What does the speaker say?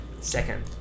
Second